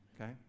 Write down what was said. okay